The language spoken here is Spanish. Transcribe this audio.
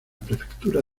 prefectura